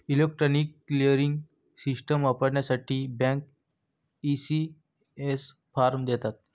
electronic clearing system वापरण्यासाठी bank, ECS form देतात